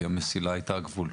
כי המסילה הייתה הגבול.